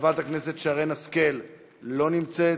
חברת הכנסת שרן השכל לא נמצאת,